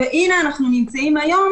אלא שהיום